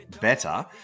better